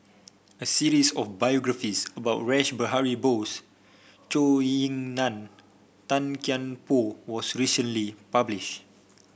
a series of biographies about Rash Behari Bose Zhou Ying Nan Tan Kian Por was recently published